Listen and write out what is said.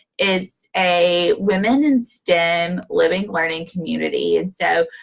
it's a women-in-stem living-learning community. and so,